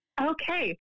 Okay